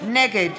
נגד